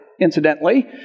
incidentally